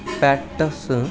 cactus